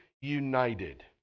united